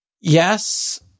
Yes